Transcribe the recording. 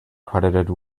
credited